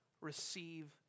receive